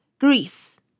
Greece